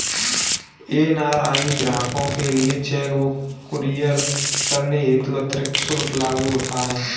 NRI ग्राहकों के लिए चेक बुक कुरियर करने हेतु अतिरिक्त शुल्क लागू होता है